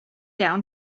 down